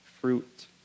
fruit